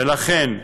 ולכן,